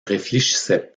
réfléchissait